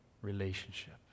relationship